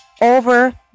over